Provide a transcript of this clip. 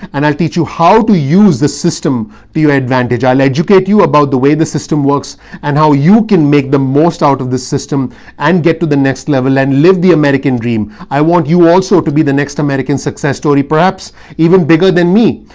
and i'll teach you how to use the system to your advantage. i'll educate you about the way the system works and how you can make the most out of the system and get to the next level and lived the american dream. i want you also to be the next american success story, perhaps even bigger than me.